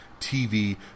TV